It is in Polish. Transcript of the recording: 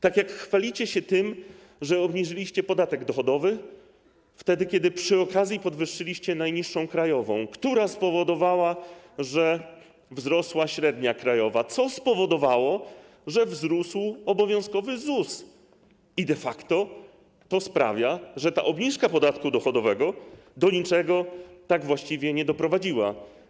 Tak jak chwalicie się tym, że obniżyliście podatek dochodowy, wtedy kiedy przy okazji podwyższyliście najniższą krajową, która spowodowała, że wzrosła średnia krajowa, co spowodowało, że wzrósł obowiązkowy ZUS, i de facto to sprawia, że ta obniżka podatku dochodowego do niczego tak właściwie nie doprowadziła.